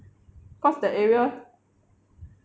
cause that area